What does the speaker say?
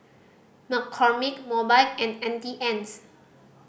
McCormick Mobike and Auntie Anne's